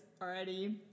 already